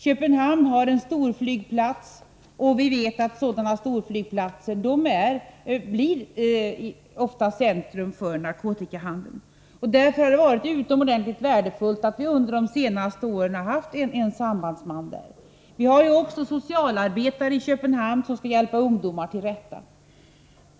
Köpenhamn har en storflygplats, och vi vet att sådana storflygplatser ofta blir centrum för narkotikahandeln. Därför har det varit utomordentligt värdefullt att vi under de senaste åren har haft en sambandsman där. Vi har också socialarbetare i Köpenhamn som skall hjälpa ungdomar till rätta.